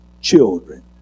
children